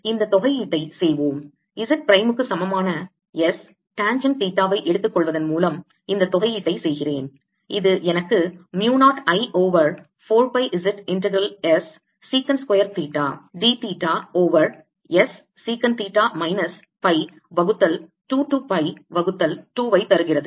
இந்த தொகையீட்டைச் செய்வோம் Z பிரைம் க்கு சமமான S டேன்ஜென்ட் தீட்டாவை எடுத்துக்கொள்வதன் மூலம் இந்த தொகையீட்டைச் செய்கிறேன் இது எனக்கு mu 0 I over 4 pi Z integral S secant square தீட்டா d தீட்டா ஓவர் S sec தீட்டா மைனஸ் பை வகுத்தல் 2 to pi வகுத்தல் 2 ஐ தருகிறது